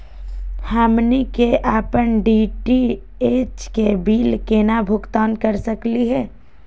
हमनी के अपन डी.टी.एच के बिल केना भुगतान कर सकली हे?